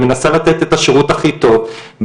ומנסה לתת את השירות הכי טוב.